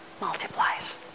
multiplies